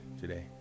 today